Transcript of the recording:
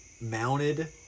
mounted